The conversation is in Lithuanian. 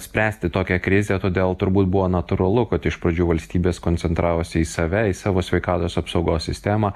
spręsti tokią krizę todėl turbūt buvo natūralu kad iš pradžių valstybės koncentravosi į save į savo sveikatos apsaugos sistemą